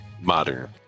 modern